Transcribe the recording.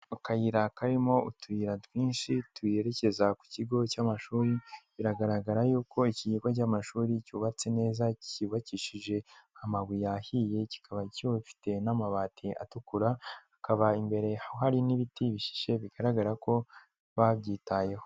Akayira karimo utuyira twinshi tuyerekeza ku kigo cy'amashuri, biragaragara yuko iki kigo cy'amashuri cyubatse neza cyubakishije amabuye ahiye, kikaba kiwufite n'amabati atukura, akaba imbere hari n'ibiti bishishye bigaragara ko babyitayeho.